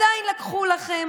עדיין לקחו לכם,